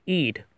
eat